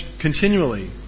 continually